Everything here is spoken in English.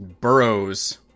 burrows